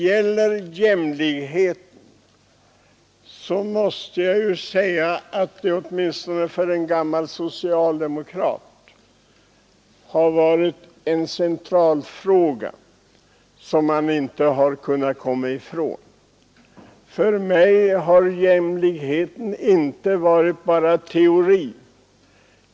Jämlikheten har, åtminstone för en gammal socialdemokrat, varit en central fråga som man inte har kunnat komma ifrån. För mig har jämlikheten inte varit bara teori.